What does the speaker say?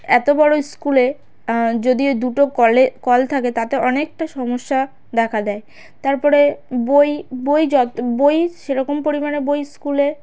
এত বড়ো স্কুলে যদি দুটো কলে কল থাকে তাতে অনেকটা সমস্যা দেখা দেয় তারপরে বই বই যত বই সেরকম পরিমাণে বই স্কুলে